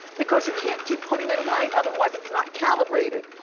because you can't keep putting it away, otherwise, it's not calibrated.